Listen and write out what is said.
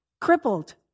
crippled